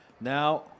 Now